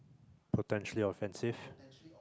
potentially offensive